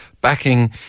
backing